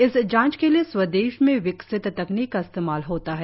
इस जांच के लिए स्वदेश में विकसित तकनीक का इस्तेमाल होता है